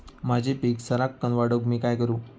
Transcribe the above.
माझी पीक सराक्कन वाढूक मी काय करू?